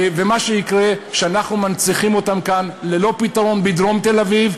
ומה שיקרה זה שאנחנו מנציחים אותם כאן ללא פתרון בדרום תל-אביב.